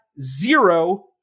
zero